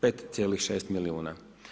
5,6 milijuna.